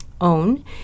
own